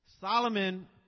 Solomon